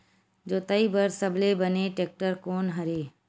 जोताई बर सबले बने टेक्टर कोन हरे?